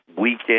weekend